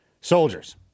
soldiers